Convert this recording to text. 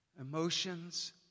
emotions